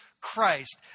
Christ